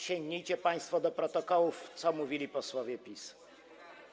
Sięgnijcie państwo do protokołów, co mówili posłowie PiS-u.